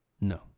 No